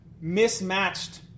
mismatched